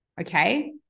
Okay